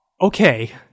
okay